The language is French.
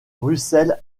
russell